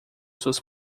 suas